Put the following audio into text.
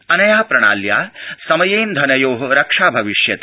अनया प्रणाल्या समयेन्धनयो रक्षा भविष्यति